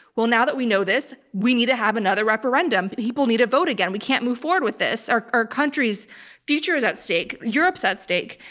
well now that we know this, we need to have another referendum. people need to vote again. we can't move forward with this. our our country's future is at stake. europe's at stake.